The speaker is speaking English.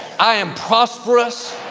i am prosperous.